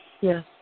Yes